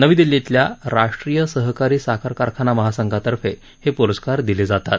नवी दिल्लीतल्या राष्ट्रीय सहकारी साखर कारखाना महासंघातर्फे हे प्रस्कार दिले जातात